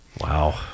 wow